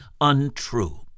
untrue